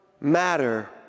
matter